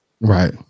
Right